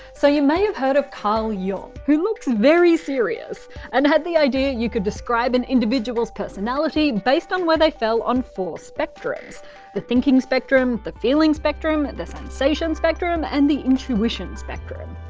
so you may have heard of carl jung, who looks very serious and had the idea that you could describe an individual's personality based on where they fell on four spectrums the thinking spectrum, the feeling spectrum, and the sensation spectrum, and the intuition spectrum.